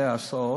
ההסעות,